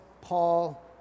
Paul